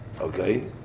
okay